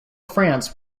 france